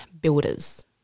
builders